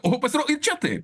o pasirodo ir čia taip